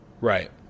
Right